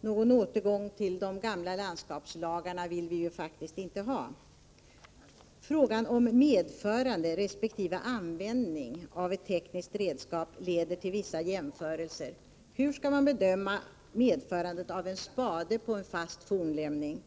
Någon återgång till de gamla landskapslagarna vill vi faktiskt inte ha. Frågan om medförande av resp. användning av ett tekniskt redskap leder till vissa jämförelser. Hur skall man bedöma medförandet av en spade på en fast fornlämning?